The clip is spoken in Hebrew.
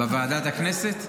בוועדת הכנסת?